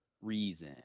reason